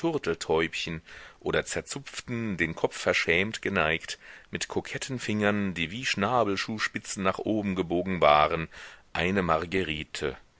oder zerzupften den kopf verschämt geneigt mit koketten fingern die wie schnabelschuhspitzen nach oben gebogen waren eine marguerite